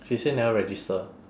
she say never register